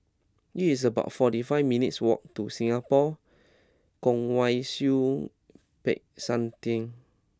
It's about forty five minutes' walk to Singapore Kwong Wai Siew Peck San Theng